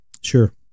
Sure